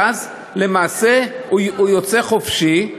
ואז למעשה הוא יוצא לחופשי,